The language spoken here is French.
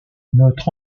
notre